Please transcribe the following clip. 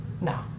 No